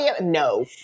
No